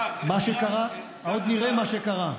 עוד נראה מה יקרה.